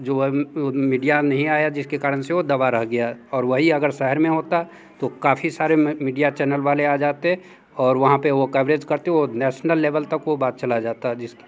जो है वो मीडिया नहीं आया जिसके कारण से वो दबा रह गया और वही अगर शहर में होता तो काफ़ी सारे मीडिया चैनल वाले आ जाते और वहाँ पर वो कवरेज करते वो नेशनल लेवल तक वो बात चली जाती जिसके